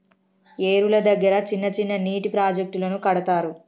ఏరుల దగ్గర చిన్న చిన్న నీటి ప్రాజెక్టులను కడతారు